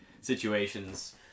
situations